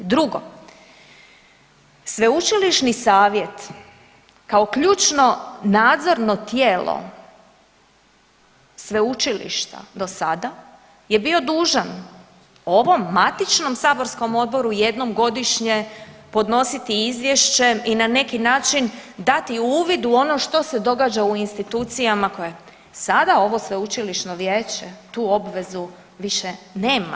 Drugo, sveučilišni savjet kao ključno, nadzorno tijelo sveučilišta do sada je bio dužan ovom matičnom saborskom odboru jednom godišnje podnositi izvješće i na neki način dati uvid u ono što se događa u institucijama koje sada ovo Sveučilišno vijeće tu obvezu više nema.